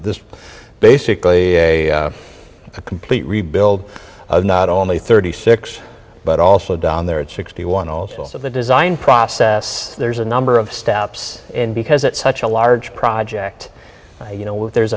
this basically a complete rebuild not only thirty six but also down there at sixty one also the design process there's a number of steps and because it's such a large project you know there's